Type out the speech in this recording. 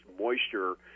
moisture